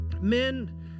Men